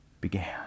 began